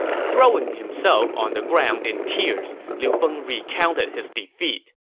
throwing himself on the ground in tears, liu feng recounted his defeat,